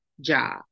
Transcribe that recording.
job